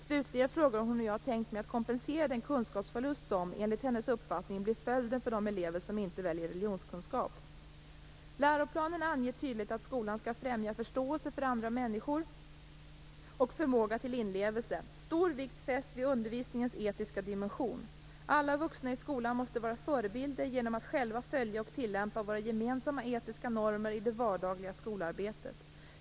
Slutligen frågar hon hur jag har tänkt mig att kompensera den kunskapsförlust som, enligt hennes uppfattning, blir följden för de elever som inte väljer religionskunskap. Läroplanen anger tydligt att skolan skall främja förståelse för andra människor och förmåga till inlevelse. Stor vikt fästs vid undervisningens etiska dimension. Alla vuxna i skolan måste vara förebilder genom att själva följa och tillämpa våra gemensamma etiska normer i det vardagliga skolarbetet.